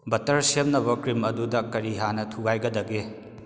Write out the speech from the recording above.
butter ꯁꯦꯝꯅꯕ cream ꯑꯗꯨꯗ ꯀꯔꯤ ꯍꯥꯟꯅ ꯊꯨꯒꯥꯏꯒꯗꯒꯦ